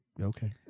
okay